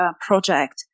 project